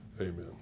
Amen